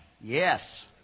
Yes